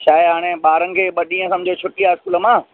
छा आहे हाणे ॿारनि खे ॿ ॾींहं सम्झो छुट्टी आहे स्कूल मां